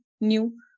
new